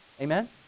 Amen